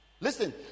listen